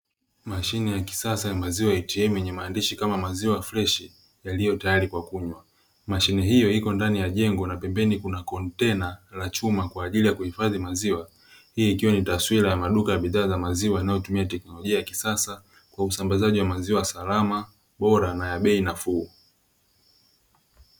Mashina ya kisasa yenye maziwa ya “ATM” yenye maandishi kama "maziwa freshi yaliyo tayari kwa kunywa''.Mashine hio iko ndani ya jengo na pembeni kuna kontena la chuma kwa ajili ya kuhifadhi maziwa, Hii ikiwa ni taswira ya maduka ya bidhaa za maziwa yanayotumia teknolojia ya kisasa kwa usambazaji wa maziwa salama, bora na ya bei nafuu.